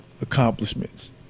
accomplishments